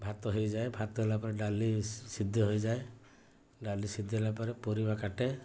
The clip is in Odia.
ଭାତ ହେଇଯାଏ ଭାତ ହେଲା ପରେ ଡାଲି ହେଇଯାଏ ଡାଲି ହେଲା ପରେ ପରିବା କାଟେ